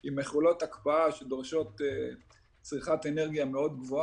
עם מכולות הקפאה שדורשות צריכת אנרגיה מאוד גבוהה,